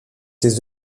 ses